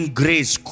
grace